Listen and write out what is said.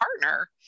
partner